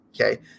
okay